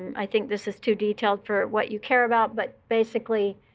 i think this is too detailed for, what you care about. but basically,